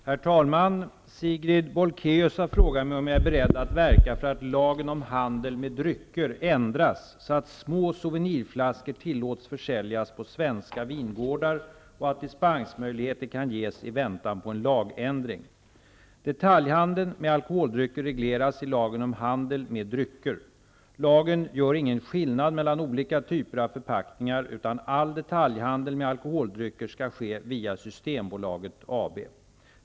Herr talman! Sigrid Bolkéus har frågat mig om jag är beredd att verka för att lagen om handel med drycker ändras så att små souvenirflaskor tillåts försäljas på svenska vingårdar och att dispensmöjligheter kan ges i väntan på en lagändring. om handel med drycker . Lagen gör ingen skillnad mellan olika typer av förpackning, utan all detaljhandel med alkoholdrycker skall ske via Systembolaget AB.